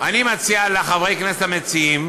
אני מציע לחברי הכנסת המציעים